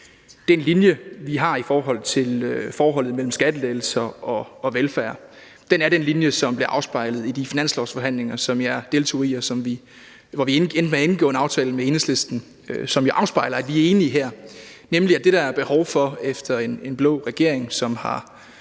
den linje, vi har i forhold til forholdet mellem skattelettelser og velfærd, er den linje, som blev afspejlet i de finanslovsforhandlinger, som jeg deltog i, og hvor vi endte med at indgå en aftale med Enhedslisten, som jo afspejler, at vi er enige her, nemlig at efter en blå regering, som har